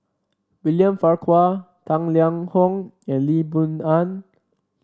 William Farquhar Tang Liang Hong and Lee Boon Ngan